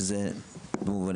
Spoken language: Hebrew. שזה מובן,